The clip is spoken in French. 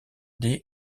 des